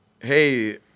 Hey